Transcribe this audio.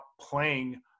playing